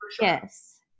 Yes